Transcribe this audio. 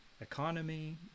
economy